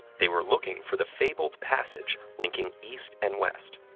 they were looking for the fabled passage linking east and west.